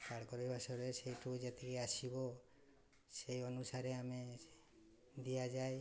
ବାସରେ ସେଇଠୁ ଯେତିକି ଆସିବ ସେଇ ଅନୁସାରେ ଆମେ ଦିଆଯାଏ